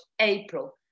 April